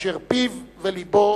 אשר פיו ולבו